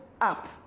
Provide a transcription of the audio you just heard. up